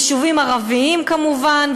יישובים ערביים כמובן,